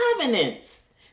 covenants